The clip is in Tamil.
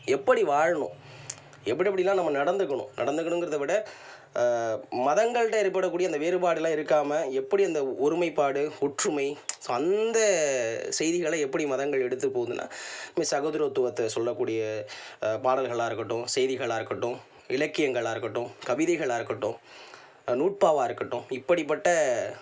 எப்படி வாழணும் எப்படி எப்படி எல்லாம் நம்ம நடந்துக்கணும் நடந்துக்கணுங்கறதை விட மதங்கள்கிட்ட ஏற்படக்கூடிய இந்த வேறுபாடெலாம் இருக்காமல் எப்படி அந்த ஒருமைப்பாடு ஒற்றுமை ஸோ அந்த செய்திகளை எப்படி மதங்கள் எடுத்து போகுதுன்னா இந்த சகோதரத்துவத்தை சொல்லக்கூடிய பாடல்களாக இருக்கட்டும் செய்திகளாக இருக்கட்டும் இலக்கியங்களாக இருக்கட்டும் கவிதைகளாக இருக்கட்டும் நூட்பாவாக இருக்கட்டும் இப்படிப்பட்ட